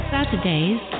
Saturdays